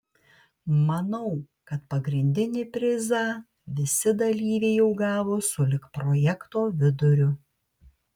manau kad pagrindinį prizą visi dalyviai jau gavo sulig projekto viduriu